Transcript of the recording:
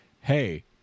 hey